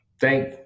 thank